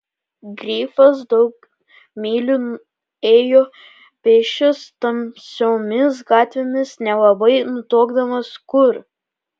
grifas daug mylių ėjo pėsčias tamsiomis gatvėmis nelabai nutuokdamas kur